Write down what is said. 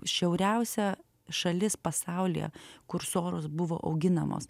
šiauriausia šalis pasaulyje kur soros buvo auginamos